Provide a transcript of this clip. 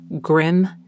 Grim